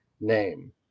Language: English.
name